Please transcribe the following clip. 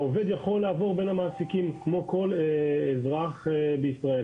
העובד יכול לעבור בין המעסיקים כמו כל אזרח בישראל.